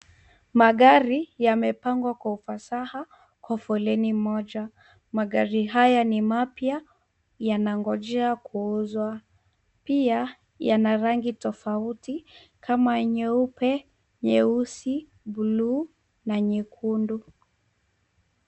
Magari yamepangwa kwa ufasaha kwa foleni moja. Magari haya ni mapya yanangojea kuuzwa. Pia yana rangi tofauti kama nyeupe, nyeusi, bluu na nyekundu.